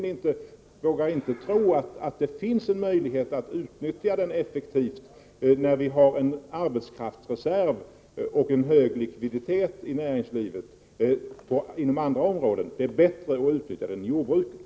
Personligen vågar jag inte tro att det finns en möjlighet till ett effektivt utnyttjande. Det finns ju en arbetskraftsreserv och en hög likviditet på andra områden inom näringslivet som det skulle vara bättre att utnyttja inom jordbruket.